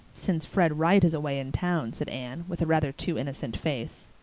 since fred wright is away in town, said anne with a rather too innocent face.